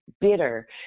bitter